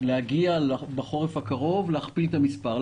להגיע בחורף הקרוב להכפלת המספר,